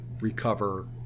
recover